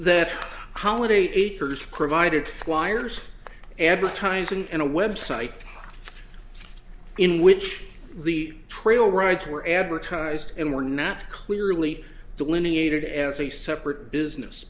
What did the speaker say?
that holiday acres provided flyers advertising and a website in which the trail rides were advertised in more nap clearly delineated as a separate business